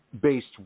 based